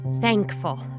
thankful